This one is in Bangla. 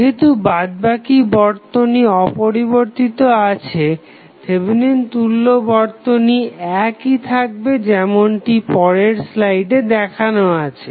যেহেতু বাদবাকি বর্তনী অপরিবর্তিত আছে থেভেনিন তুল্য বর্তনী একই থাকবে যেমনটি পরের স্লাইডে দেখানো আছে